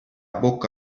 bocca